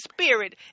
spirit